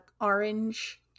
orange